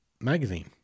magazine